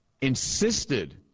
insisted